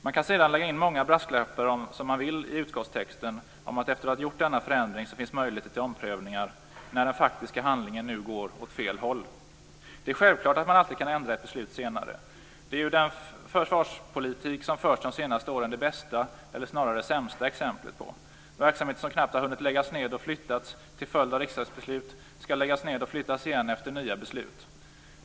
Man kan sedan lägga in så många brasklappar man vill i utskottstexten om att det, efter det att man gjort denna förändring, finns möjligheter till omprövningar, när den faktiska handlingen nu går åt helt fel håll. Det är självklart att man alltid kan ändra ett beslut senare. Det är ju den försvarspolitik som förts de senaste åren det bästa, eller snarare det sämsta, exemplet på. Verksamheter som knappt har hunnit läggas ned och flyttas till följd av riksdagsbeslut skall läggas ned och flyttas igen efter nya beslut.